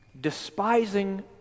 despising